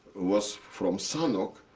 was from sanok,